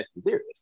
serious